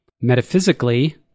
Metaphysically